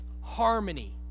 Harmony